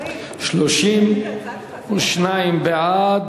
לעובדת ולעובד (תיקון,